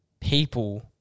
people